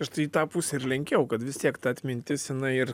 aš tai į tą pusę ir lenkiau kad vis tiek ta atmintis jinai ir